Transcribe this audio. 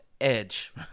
edge